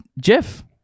Jeff